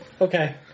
Okay